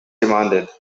demanded